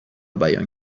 بیان